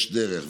יש דרך,